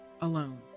alone